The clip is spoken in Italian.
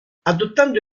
adottando